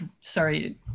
Sorry